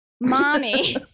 Mommy